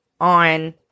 on